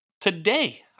Today